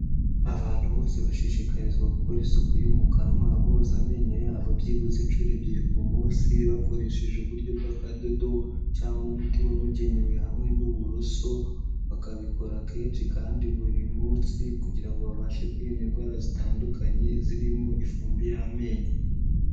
Abantu bose bashishikarizwa gukora isuku yo mu kanwa boza amenyo yabo byibuze inshuro ebyiri ku munsi, bakoresheje uburyo bw'akadodo cyangwa umuti wabugenewe hamwe n'uburoso, bakabikora kenshi kandi buri munsi kugira ngo babashe kwirinda indwara zitandukanye zirimo ifumbi y'amenyo.